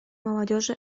молодежи